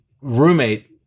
roommate